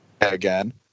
again